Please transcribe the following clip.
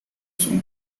son